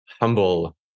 humble